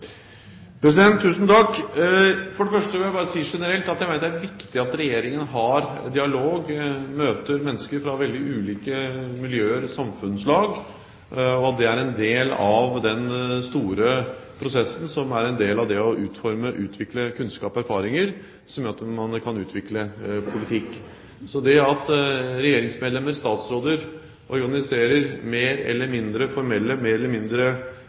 For det første vil jeg bare si generelt at jeg mener det er viktig at Regjeringen har dialog og møter mennesker fra veldig ulike miljøer og samfunnslag. Det er en del av den store prosessen som er en del av det å utforme, utvikle kunnskap og høste erfaringer som gjør at man kan utvikle politikk. Det at regjeringsmedlemmer, statsråder, organiserer mer eller mindre formelle, mer eller mindre